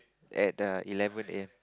at the eleven a_m